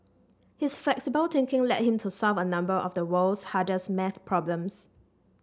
his flexible thinking led him to solve a number of the world's hardest maths problems